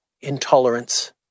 intolerance